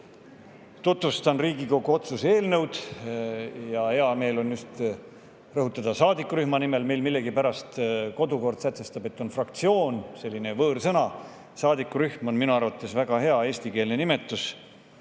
tutvustan Riigikogu otsuse eelnõu. Hea meel on rõhutada, et just saadikurühma nimel. Meil millegipärast kodukord sätestab, et meil on fraktsioonid, selline võõrsõna. Saadikurühm on minu arvates väga hea eestikeelne nimetus.